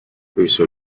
peso